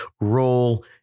role